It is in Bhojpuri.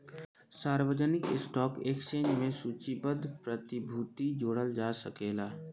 सार्वजानिक स्टॉक एक्सचेंज में सूचीबद्ध प्रतिभूति जोड़ल जा सकेला